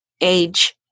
age